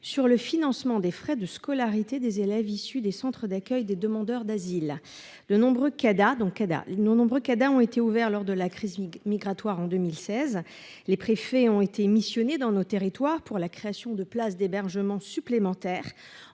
sur le financement des frais de scolarité des élèves issus des centres d'accueil de demandeurs d'asile (Cada). De nombreux Cada ont été ouverts lors de la crise migratoire, en 2016. Les préfets ont été missionnés dans nos territoires pour la création de places d'hébergement supplémentaires.